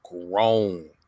grown